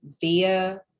via